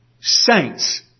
Saints